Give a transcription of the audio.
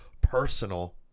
personal